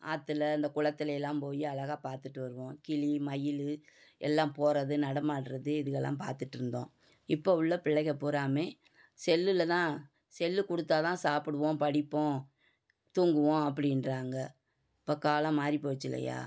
ஆற்றுல அந்த குளத்துலேலாம் போய் அழகா பார்த்துட்டு வருவோம் கிளி மயில் எல்லாம் போகறது நடமாடுறது இதுகலாம் பார்த்துட்டு இருந்தோம் இப்போ உள்ள பிள்ளைக புராமே செல்லில் தான் செல்லு கொடுத்தா தான் சாப்பிடுவோம் படிப்போம் தூங்குவோம் அப்படின்றாங்க இப்போ காலம் மாறி போச்சு இல்லையா